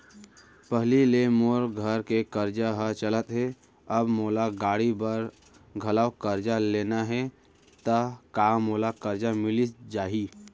पहिली ले मोर घर के करजा ह चलत हे, अब मोला गाड़ी बर घलव करजा लेना हे ता का मोला करजा मिलिस जाही?